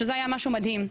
שזה היה משהו מדהים.